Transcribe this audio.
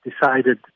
decided